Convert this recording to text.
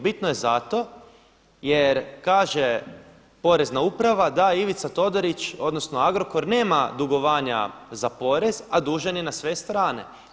Bitno je zato jer kaže Porezna uprava da je Ivica Todorić odnosno Agrokor nema dugovanja za porez, a dužan je na sve strane.